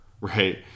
Right